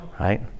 right